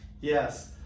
Yes